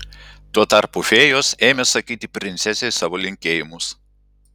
tuo tarpu fėjos ėmė sakyti princesei savo linkėjimus